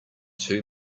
two